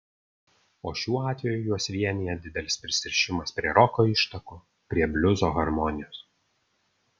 o šiuo atveju juos vienija didelis prisirišimas prie roko ištakų prie bliuzo harmonijos